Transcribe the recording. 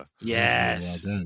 Yes